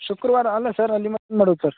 ಶುಕ್ರವಾರ ಅಲ್ಲಾ ಸರ್ ಮಾಡ್ಬೇಕು ಸರ್